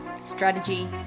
strategy